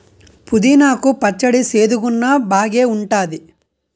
పుదీనా కు పచ్చడి సేదుగున్నా బాగేఉంటాది